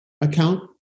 account